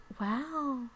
wow